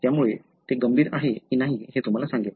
त्यामुळे ते गंभीर आहे की नाही हे तुम्हाला सांगेल